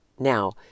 Now